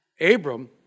Abram